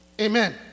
Amen